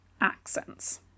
accents